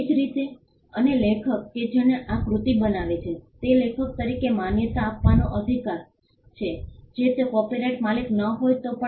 તે જ રીતે અને લેખક કે જેણે આ કૃતિ બનાવી છે તેને લેખક તરીકે માન્યતા આપવાનો અધિકાર છે જો તે કોપિરાઇટ માલિક ન હોય તો પણ